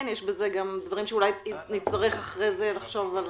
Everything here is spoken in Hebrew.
כן, יש בזה גם דברים שאולי נצטרך לחשוב על